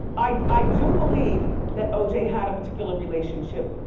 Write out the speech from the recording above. i do believe that o j. had a particular relationship.